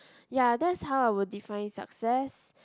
ya that's how I would define success